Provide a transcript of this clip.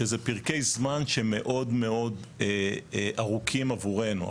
שזה פרקי זמן שמאוד מאוד ארוכים עבורנו.